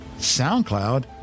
SoundCloud